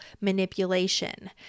manipulation